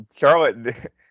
Charlotte